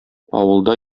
авылда